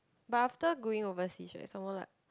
but after going overseas right some more like